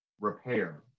repair